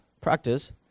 practice